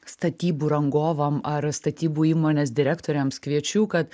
statybų rangovam ar statybų įmonės direktoriams kviečiu kad